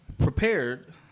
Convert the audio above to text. prepared